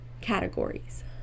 categories